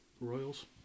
Royals